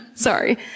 Sorry